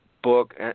Book